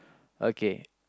okay